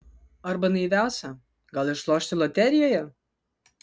arba naiviausia gal išlošti loterijoje